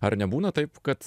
ar nebūna taip kad